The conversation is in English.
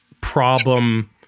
problem